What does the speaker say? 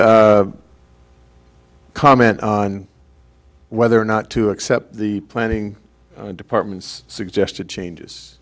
comment on whether or not to accept the planning department's suggested changes